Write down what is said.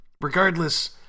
Regardless